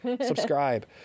Subscribe